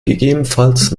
gegebenenfalls